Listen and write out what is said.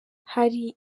hari